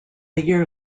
year